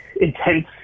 intense